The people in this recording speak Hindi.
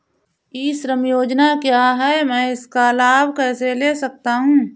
ई श्रम योजना क्या है मैं इसका लाभ कैसे ले सकता हूँ?